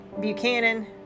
Buchanan